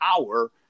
hour